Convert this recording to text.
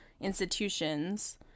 institutions